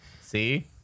See